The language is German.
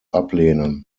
ablehnen